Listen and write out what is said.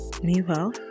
Meanwhile